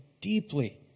deeply